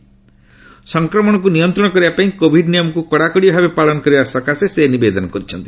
ସଫକ୍ରମଣକୁ ନିୟନ୍ତ୍ରଣ କରିବା ପାଇଁ କୋଭିଡ୍ ନିୟମକୁ କଡ଼ାକଡ଼ି ଭାବେ ପାଳନ କରିବା ଲାଗି ସେ ନିବେଦନ କରିଛନ୍ତି